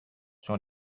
sur